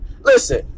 Listen